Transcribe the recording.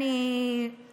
את הממשלה.